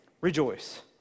rejoice